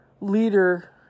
leader